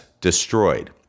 destroyed